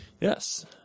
Yes